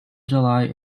july